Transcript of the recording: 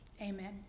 Amen